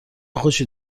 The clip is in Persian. خوشی